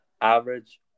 average